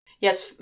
Yes